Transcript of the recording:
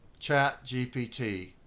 ChatGPT